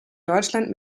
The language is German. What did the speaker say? deutschland